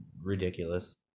ridiculous